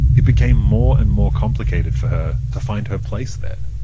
it became more and more complicated for her to find her place there.